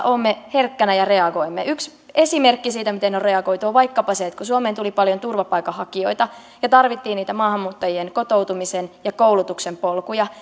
olemme herkkänä ja reagoimme yksi esimerkki siitä miten on reagoitu on vaikkapa se että kun suomeen tuli paljon turvapaikanhakijoita ja tarvittiin niitä maahanmuuttajien kotoutumisen ja koulutuksen polkuja